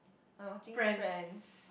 I watching Friends